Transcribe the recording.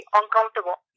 uncomfortable